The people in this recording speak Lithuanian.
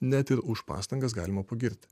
net ir už pastangas galima pagirti